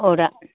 अ दा